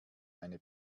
eine